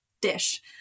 dish